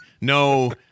No